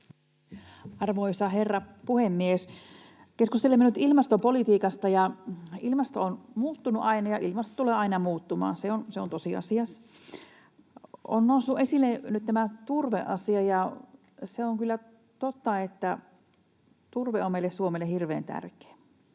Arvoisa herra puhemies! Keskustelemme nyt ilmastopolitiikasta, ja ilmasto on muuttunut aina, ja ilmasto tulee aina muuttumaan. Se on tosiasia. On noussut esille nyt tämä turveasia, ja on kyllä totta, että turve on meille, Suomelle, hirveän tärkeä,